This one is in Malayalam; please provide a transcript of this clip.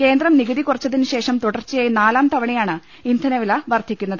കേന്ദ്രം നികുതി കുറച്ചതിന് ശേഷം തുടർച്ചയായി നാലാം തവണയാണ് ഇന്ധന വില വർധിക്കുന്നത്